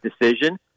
decision